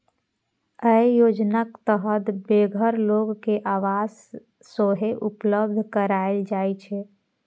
अय योजनाक तहत बेघर लोक कें आवास सेहो उपलब्ध कराएल जाइ छै